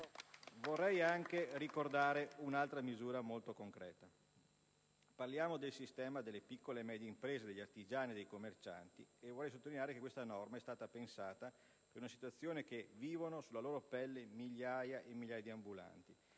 Vorrei ricordare un'altra misura molto concreta. Parliamo del sistema delle piccole e medie imprese, degli artigiani, dei commercianti. Vorrei sottolineare che questa norma è stata pensata per una situazione che vivono sulla loro pelle migliaia e migliaia di ambulanti,